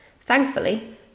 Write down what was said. Thankfully